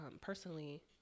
personally